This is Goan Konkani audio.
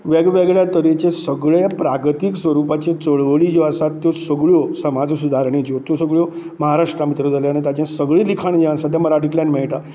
वेगवेगळ्या तरेचे सगळे प्रागतीक स्वरुपाच्यो चळवळी ज्यो आसात त्यो सगळ्यो समाज सुदारणेच्यो त्यो सगळ्यो महाराष्ट्रा भितर जाल्यात आनी ताचें सगळें लिखाण जें आसा तें मराठींतल्यान मेळटा